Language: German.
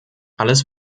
alles